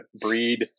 breed